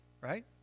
right